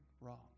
wrong